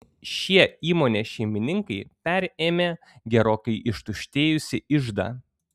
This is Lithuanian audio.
šie įmonės šeimininkai perėmė gerokai ištuštėjusį iždą